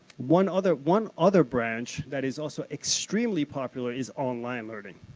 one other, one other branch that is also extremely popular is online learning.